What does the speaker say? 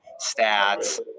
stats